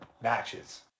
matches